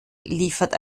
liefert